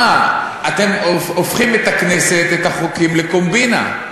תשמע, אתם הופכים את הכנסת, את החוקים, לקומבינה.